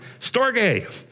storge